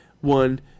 one